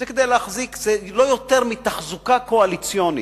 זה כדי להחזיק, זה לא יותר מתחזוקה קואליציונית,